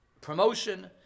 promotion